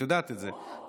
את יודעת את זה.